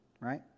Right